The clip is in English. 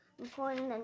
important